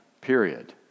period